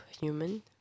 human